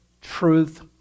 truth